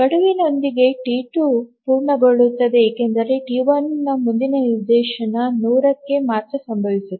ಗಡುವಿನೊಳಗೆ ಟಿ2 ಪೂರ್ಣಗೊಳ್ಳುತ್ತದೆ ಏಕೆಂದರೆ ಟಿ1 ನ ಮುಂದಿನ ನಿದರ್ಶನ 100 ಕ್ಕೆ ಮಾತ್ರ ಸಂಭವಿಸುತ್ತದೆ